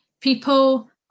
People